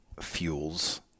fuels